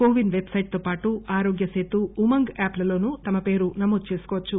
కొవిస్ పెబ్సెట్తో పాటు ఆరోగ్య సేతు ఉమాంగ్ యాప్లోనూ తమ పేరు నమోదు చేసుకోవచ్చు